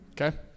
Okay